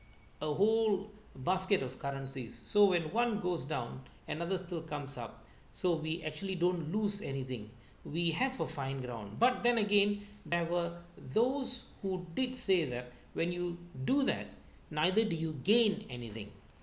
a whole basket of currencies so when one goes down another still comes up so we actually don't lose anything we have a fine ground but then again there were those who did say that when you do that neither do you gain anything